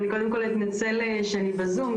קודם כול, אתנצל שאני בזום.